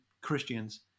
Christians